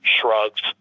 Shrugs